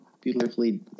Beautifully